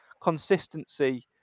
consistency